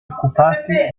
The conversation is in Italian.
occupati